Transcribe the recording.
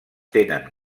tenen